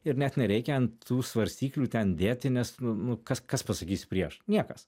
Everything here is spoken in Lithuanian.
ir net nereikia ant tų svarstyklių ten dėti nes nu nu kas kas pasakys prieš niekas